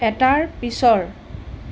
এটাৰ পিছৰ